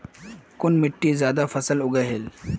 कुन मिट्टी ज्यादा फसल उगहिल?